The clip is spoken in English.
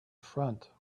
front